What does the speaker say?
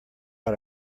out